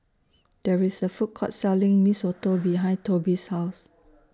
There IS A Food Court Selling Mee Soto behind Tobe's House